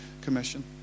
Commission